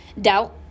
doubt